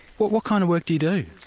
what what kind of work do you do?